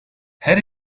her